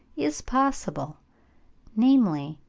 is possible namely,